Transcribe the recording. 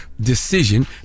decision